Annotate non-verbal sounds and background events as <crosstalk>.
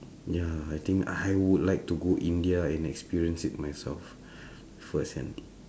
ya I think I would like to go india and experience it myself <breath> firsthand